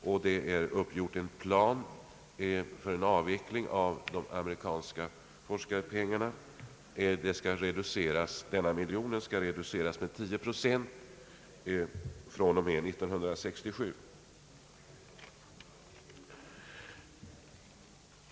En plan är uppgjord för avveckling av de amerikanska forskarpengarna. Den nämnda miljonen skall reduceras med 10 procent från och med 1967.